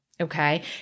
okay